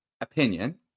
opinion